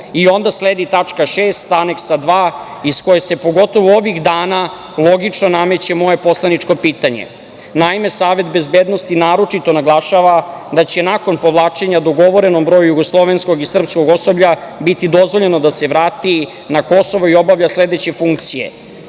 slova. Onda sledi tačka 6) Aneksa 2 iz koje se, pogotovo ovih dana, logično nameće moje poslaničko pitanje. Naime, Savet bezbednosti naročito naglašava da će nakon povlačenja dogovorenom broju jugoslovenskog i srpskog osoblja biti dozvoljeno da se vrati na Kosovo i obavlja sledeće funkcije: